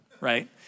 right